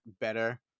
better